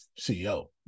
ceo